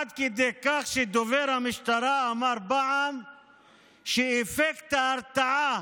עד כדי כך שדובר המשטרה אמר פעם שאפקט ההרתעה